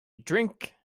drink